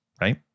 right